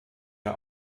der